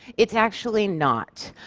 it's actually not.